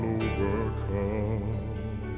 overcome